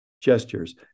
gestures